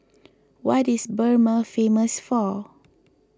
what is Burma famous for